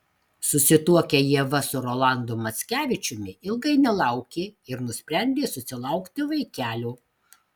susituokę ieva su rolandu mackevičiumi ilgai nelaukė ir nusprendė susilaukti vaikelio